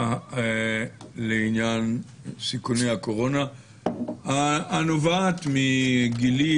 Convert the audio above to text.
הטיה לעניין סיכוני הקורונה הנובעת מגילי